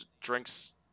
drinks